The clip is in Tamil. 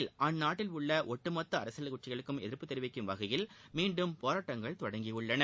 இந்நிலையில் அந்நாட்டில் உள்ள ஒட்டுமொத்த அரசியல் கட்சிகளுக்கும் எதிர்ப்பு தெரிவிக்கும் வகையில் மீண்டும் போராட்டங்கள் தொடங்கியுள்ளன